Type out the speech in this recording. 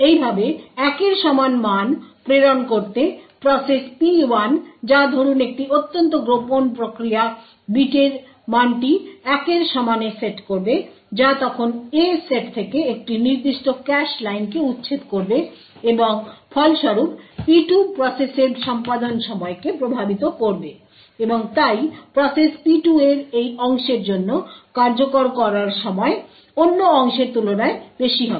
এইভাবে 1 এর সমান ম্যান প্রেরণ করতে প্রসেস P1 যা ধরুন একটি অত্যন্ত কোভার্ট প্রক্রিয়া বিটের মানটি 1 এর সমানে সেট করবে যা তখন A সেট থেকে একটি নির্দিষ্ট ক্যাশ লাইনকে উচ্ছেদ করবে এবং ফলস্বরূপ P2 প্রসেসের সম্পাদন সময়কে প্রভাবিত করবে এবং তাই প্রসেস P2 এর এই অংশের জন্য কার্যকর করার সময় অন্য অংশের তুলনায় বেশি হবে